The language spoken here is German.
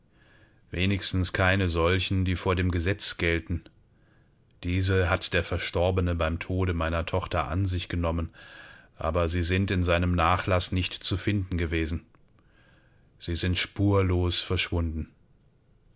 wenigstens keine solchen die vor dem gesetz gelten diese hat der verstorbene beim tode meiner tochter an sich genommen aber sie sind in seinem nachlaß nicht zu finden gewesen sie sind spurlos verschwunden